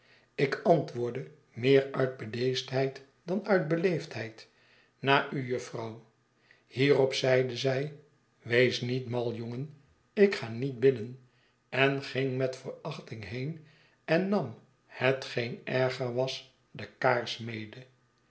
ik antwoordde meer uit bedeesdheid dan uit beleefdheid na u jufvrouw hierop zeide zij wees niet mal jongen ik ga niet binnen en ging met verachting heen en nam hetgeen erger was de kaars mede